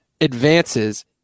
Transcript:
advances